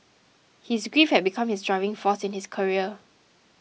his grief had become his driving force in his career